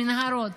במנהרות,